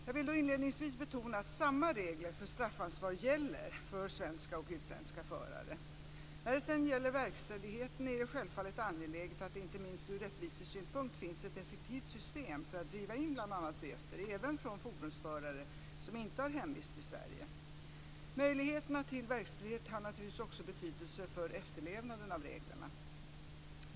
Jag vill då inledningsvis betona att samma regler för straffansvar gäller för svenska och utländska förare. När det sedan gäller verkställigheten är det självfallet angeläget att det, inte minst ur rättvisesynpunkt, finns ett effektivt system för att driva in bl.a. böter även från fordonsförare som inte har hemvist i Sverige. Möjligheterna till verkställighet har naturligtvis också betydelse för efterlevnaden av reglerna.